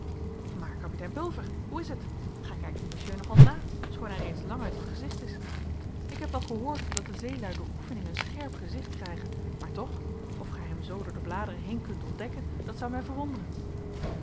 maar kapitein pulver hoe is het gij kijkt dien monsieur nogal na schoon hij reeds lang uit het gezicht is ik heb wel gehoord dat de zeelui door oefening een scherp gezicht krijgen maar toch of gij hem zoo door de bladeren heen kunt ontdekken dat zou mij verwonderen